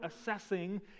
assessing